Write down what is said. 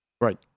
Right